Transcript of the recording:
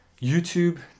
YouTube